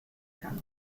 kann